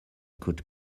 could